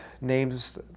names